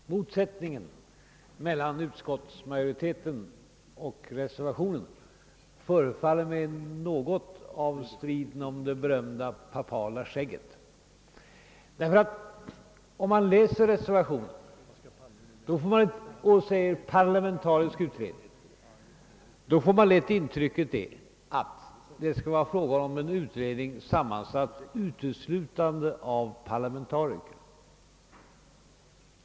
Herr talman! Motsättningen mellan utskottsmajoriteten och reservanterna förefaller mig att ha något av striden om det berömda papala skägget. Om man läser reservationen, får man lätt intrycket att det skulle vara fråga om en utredning sammansatt uteslutande av parlamentariker.